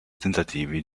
tentativi